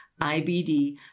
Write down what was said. IBD